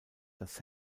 das